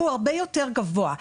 הוא הרבה יותר גבוה.